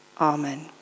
Amen